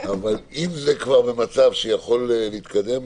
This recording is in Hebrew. אבל אם זה כבר במצב שיכול להתקדם,